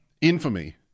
infamy